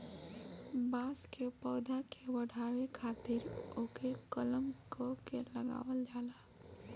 बांस के पौधा के बढ़ावे खातिर ओके कलम क के लगावल जाला